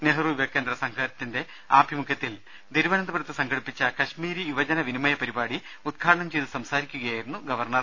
നെഹ്റു യുവകേന്ദ്ര സംഘത്തിന്റെ ആഭിമുഖ്യത്തിൽ തിരുവനന്തപുരത്ത് സംഘടിപ്പിച്ച കശ്മീരി യുവജന വിനിമയ പരിപാടി ഉദ്ഘാടനം ചെയ്തു സംസാരിക്കുകയായിരുന്നു അദ്ദേഹം